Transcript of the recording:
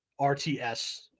RTS